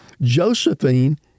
Josephine